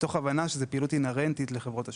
מתוך הבנה שזוהי פעילות אינהרנטית לחברות תשלומים.